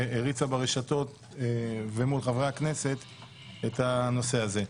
שהריצה ברשתות ומול חברי הכנסת את הנושא הזה.